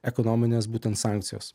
ekonominės būtent sankcijos